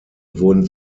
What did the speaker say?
wurden